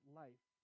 life